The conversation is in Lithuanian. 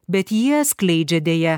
bet jie skleidžia deja